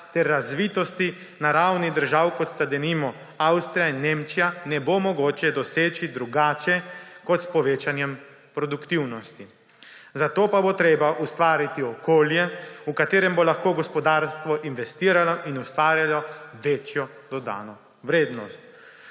ter razvitosti na ravni držav, kot sta, denimo, Avstrija in Nemčija, ne bo mogoče doseči drugače kot s povečanjem produktivnosti, zato pa bo treba ustvariti okolje, v katerem bo lahko gospodarstvo investiralo in ustvarjalo večjo dodatno vrednost.